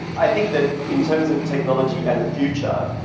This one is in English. i think that in terms of technology and the future,